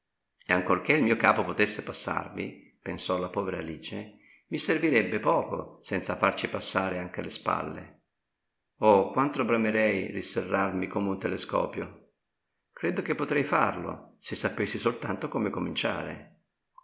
e ancorchè il mio capo potesse passarvi pensò la povera alice mi servirebbe poco senza farci passare anche le spalle oh quanto bramerei riserrarmi come un telescopio credo che potrei farlo se sapessi soltanto come cominciare